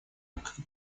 как